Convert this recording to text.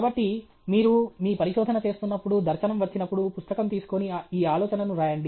కాబట్టి మీరు మీ పరిశోధన చేస్తున్నప్పుడు దర్శనం వచ్చినప్పుడు పుస్తకం తీసుకొని ఈ ఆలోచనను రాయండి